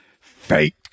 Fake